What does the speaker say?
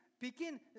begin